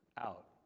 out